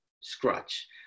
scratch